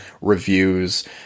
reviews